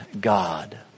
God